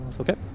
Okay